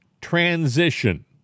transition